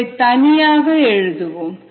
இதை தனியாக எழுதுவோம்